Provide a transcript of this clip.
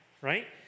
right